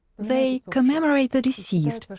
they commemorate the deceased, ah